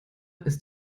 ist